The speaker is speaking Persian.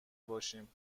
باشیم